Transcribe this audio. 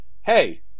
hey